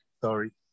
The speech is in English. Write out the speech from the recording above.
Sorry